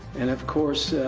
and, of course,